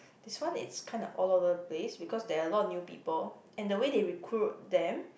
this one it's kind of all over the place because there are a lot of new people and the way they recruit them